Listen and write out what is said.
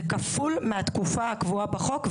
זה כפול מהתקופה הקבועה בחוק.